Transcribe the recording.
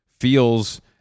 feels